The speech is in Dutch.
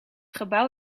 gebouw